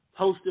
Hosted